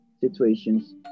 situations